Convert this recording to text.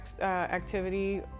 activity